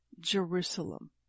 Jerusalem